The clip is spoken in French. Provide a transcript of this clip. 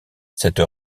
cette